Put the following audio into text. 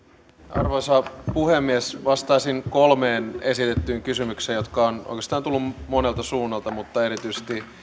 arvoisa puhemies vastaisin kolmeen esitettyyn kysymykseen jotka ovat oikeastaan tulleet monelta suunnalta mutta erityisesti